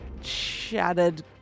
shattered